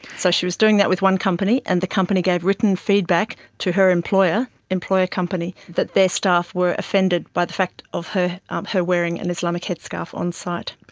so she was doing that with one company, and the company gave written feedback to her employer employer company that their staff were offended by the fact of her um her wearing an islamic headscarf on site.